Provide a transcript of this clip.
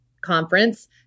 conference